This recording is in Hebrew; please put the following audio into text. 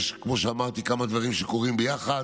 כמו שאמרתי, יש כמה דברים שקורים ביחד: